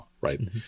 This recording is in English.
right